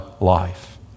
life